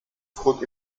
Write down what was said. trug